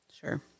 Sure